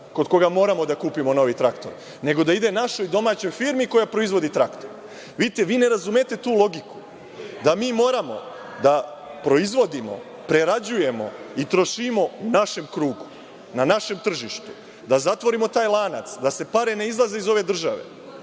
kod koga moramo da kupimo novi traktor, nego da ide našoj domaćoj firmi koja proizvodi traktor. Vidite, vi ne razumete tu logiku da mi moramo da proizvodimo, prerađujemo i trošimo u našem krugu, na našem tržištu, da zatvorimo taj lanac, da se pare ne izvoze iz ove države.